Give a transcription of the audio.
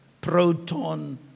proton